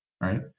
Right